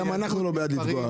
גם אנחנו לא בעד פגיעה.